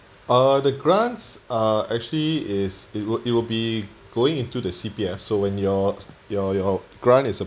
uh the grants uh actually is it will be going into the C_P_F so when your your your grant is